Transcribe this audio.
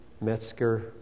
Metzger